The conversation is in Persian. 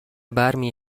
برمی